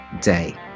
day